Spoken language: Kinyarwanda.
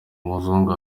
muzungu